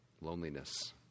loneliness